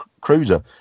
cruiser